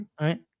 right